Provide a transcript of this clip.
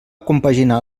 compaginar